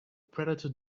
predator